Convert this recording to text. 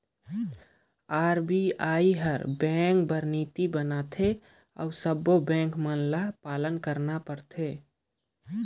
RBI हर bank बर नीति बनाथे अउ सब्बों बेंक मन ल पालन करना परथे